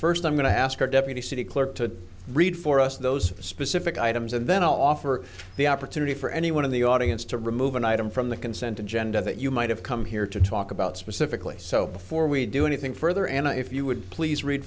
first i'm going to ask our deputy city clerk to read for us those specific items and then i'll offer the opportunity for anyone in the audience to remove an item from the consent agenda that you might have come here to talk about specifically so before we do anything further and if you would please read